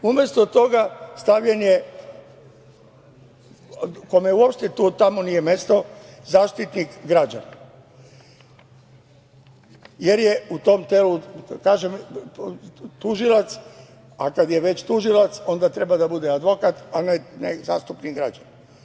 Umesto toga stavljen je, kome uopšte tamo nije mesto, Zaštitnik građana, jer je u tom telu tužilac, a kada je već tužilac onda treba da bude advokat, a ne Zaštitnik građana.